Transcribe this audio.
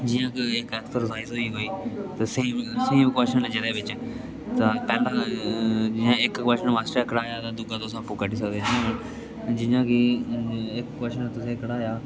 जियां कोई इक ऐक्सरसाइज होई कोई सेम सेम कोच्शन जेह्दे बिच्च तां पैह्ला जियां इक कोच्शन मास्टरा कढाया तां दूआ तुस आपूं कड्डी सकदे जियां कि इक कोच्छन तुसें पढ़ाया तां